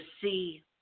see